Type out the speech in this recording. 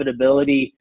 profitability